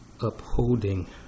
upholding